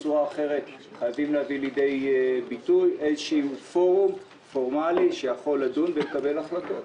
חייבים להביא לידי ביטוי בפורום פורמלי שיכול לדון ולקבל החלטות.